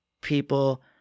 people